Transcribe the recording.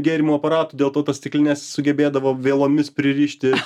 gėrimų aparatų dėl to tas stiklines sugebėdavo vielomis pririšti